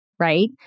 right